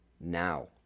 now